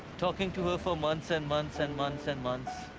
talking to her for months and months and months and months.